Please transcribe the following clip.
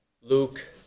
Luke